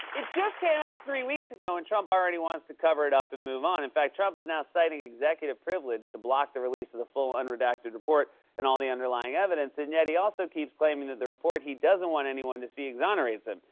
it just came out three weeks ago, and trump already wants to cover it up and move on. in fact, trump is now citing executive privilege to block the release of the full, unredacted report and all the underlying evidence. and yet he also keeps claiming that the report he doesn't want anyone to see exonerates him.